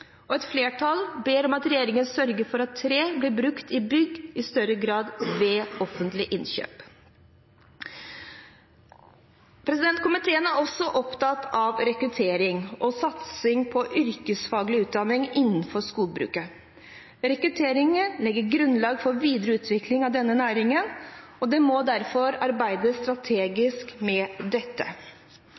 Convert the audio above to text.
Og et flertall ber om at regjeringen sørger for at tre blir brukt i bygg i større grad ved offentlige innkjøp. Komiteen er også opptatt av rekruttering og satsing på yrkesfaglig utdanning innenfor skogbruket. Rekruttering legger grunnlaget for videre utvikling av denne næringen, og det må derfor arbeides strategisk med dette.